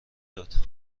داد